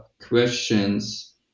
questions